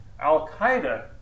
al-Qaeda